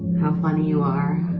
how funny you are,